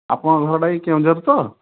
ଆପଣଙ୍କ ଘରଟା ଏହି କେଉଁଝର ତ